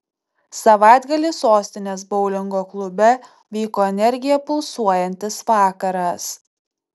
savaitgalį sostinės boulingo klube vyko energija pulsuojantis vakaras